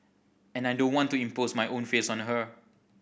and I don't want to impose my own fears on her